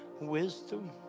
wisdom